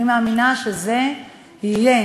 אני מאמינה שזה יהיה